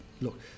look